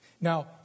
Now